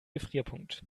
gefrierpunkt